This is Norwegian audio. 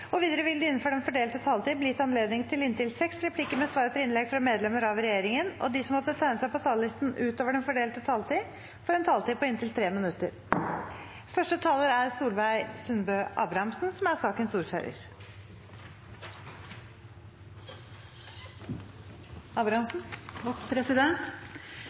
regjeringen. Videre vil det – innenfor den fordelte taletid – bli gitt anledning til inntil seks replikker med svar etter innlegg fra medlemmer av regjeringen, og de som måtte tegne seg på talerlisten utover den fordelte taletid, får en taletid på inntil 3 minutter. Dette er et forslag som er